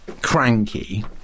cranky